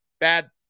bad